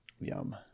Yum